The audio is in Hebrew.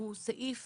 הוא סעיף